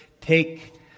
take